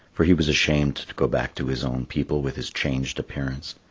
for he was ashamed to go back to his own people with his changed appearance.